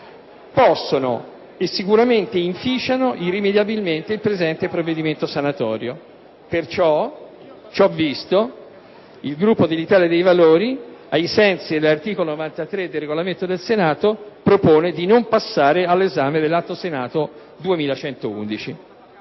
- e sicuramente è così - il presente provvedimento sanatorio. Pertanto, ciò visto, il Gruppo dell'Italia dei Valori, ai sensi dell'articolo 93 del Regolamento del Senato, propone di non passare all'esame dell'Atto Senato n. 2111.